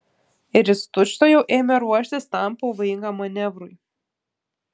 ir jis tučtuojau ėmė ruoštis tam pavojingam manevrui